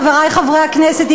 חברי חברי הכנסת,